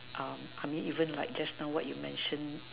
even like just now what you mentioned